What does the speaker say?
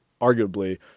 arguably